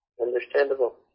Understandable